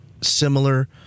similar